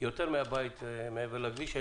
יותר מאת הבית מעבר לכביש, הממשלה.